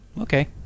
Okay